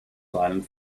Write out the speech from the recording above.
silent